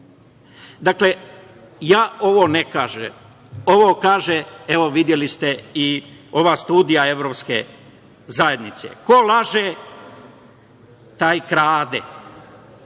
bar. Dakle, ja ovo ne kažem, ovo kaže, videli ste i ova studija Evropske zajednice, ko laže, taj krade.